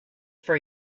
for